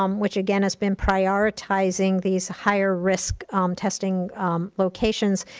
um which again, has been prioritizing these higher risk um testing locations,